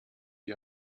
die